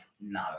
No